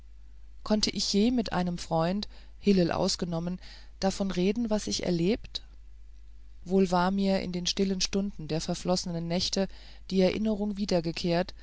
konnte ich je mit einem freund hillel ausgenommen davon reden was ich erlebt wohl war mir in den stillen stunden der verflossenen nächte die erinnerung